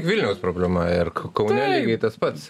vilniaus problema ir k kaune lygiai tas pats